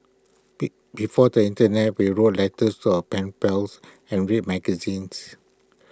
be before the Internet we wrote letters to our pen pals and read magazines